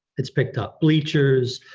it's picked up bleachers,